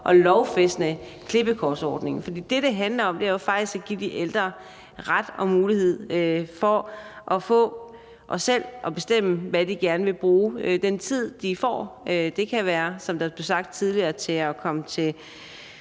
at lovfæste klippekortordningen. For det, det handler om, er jo faktisk at give de ældre ret til og mulighed for selv at kunne bestemme, hvad de gerne vil bruge den tid, de får, på; det kan, som det blev sagt tidligere, være at komme til